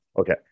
Okay